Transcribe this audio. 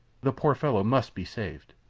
the poor fellow must be saved.